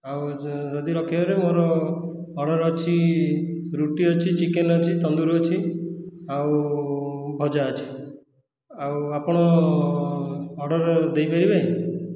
ଆଉ ଯଦି ରଖିପାରିବେ ମୋର ଅର୍ଡ଼ର ଅଛି ରୁଟି ଅଛି ଚିକେନ ଅଛି ତନ୍ଦୁର ଅଛି ଆଉ ଭଜା ଅଛି ଆଉ ଆପଣ ଅର୍ଡ଼ର ଦେଇପାରିବେ